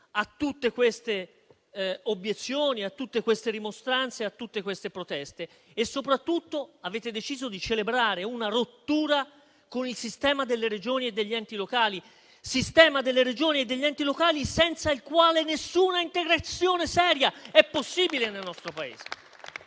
a tutte queste obiezioni, a tutte queste rimostranze e a tutte queste proteste; soprattutto, avete deciso di celebrare una rottura con il sistema delle Regioni e degli enti locali, senza il quale nessuna integrazione seria è possibile nel nostro Paese.